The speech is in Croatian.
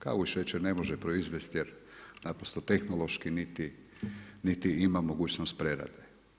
Kavu i šećer ne može proizvesti jer naprosto tehnološki niti ima mogućnost prerade.